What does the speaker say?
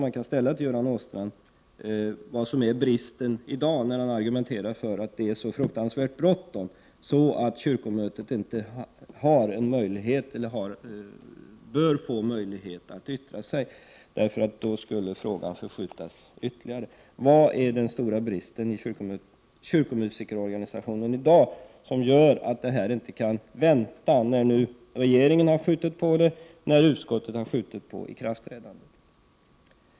Man kan fråga Göran Åstrand vad det är som brister i dag, eftersom det är så fruktansvärt bråttom att kyrkomötet inte bör få möjlighet att yttra sig. Tanken är då att frågan skulle skjutas ytterligare på framtiden. Vilken är i dag den stora brist i kyrkomusikerorganisationen som gör att detta inte kan vänta när nu regeringen har skjutit på frågan och likaså utskottet?